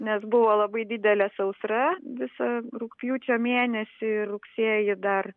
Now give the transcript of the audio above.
nes buvo labai didelė sausra visą rugpjūčio mėnesį ir rugsėjį dar